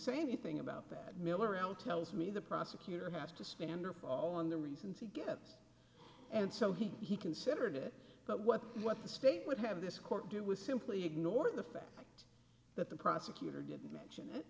say anything about that mill around tells me the prosecutor has to spam or fall on the reasons he gives and so he considered it but what what the state would have this court do was simply ignore the fact that the prosecutor didn't mention it